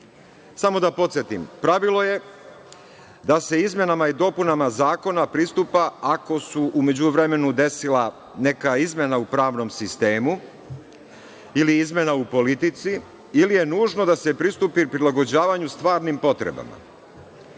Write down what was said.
da podsetim, pravilo je da se izmenama i dopunama zakona pristupa ako se u međuvremenu desila neka izmena u pravnom sistemu, ili izmena u politici, ili je nužno da se pristupi prilagođavanju stvarnim potrebama.